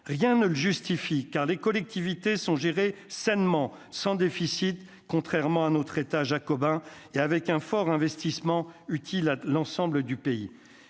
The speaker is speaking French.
rien ne le justifie, car les collectivités sont gérées sainement sans déficit, contrairement à notre état jacobin et avec un fort investissement utile à l'ensemble du pays,